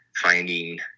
finding